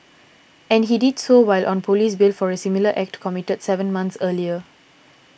and he did so while on police bail for a similar act committed seven months earlier